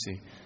see